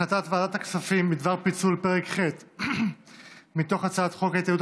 החלטת ועדת הכספים בדבר פיצול פרק ח' מתוך הצעת חוק ההתייעלות